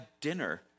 dinner